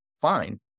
Fine